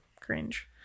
cringe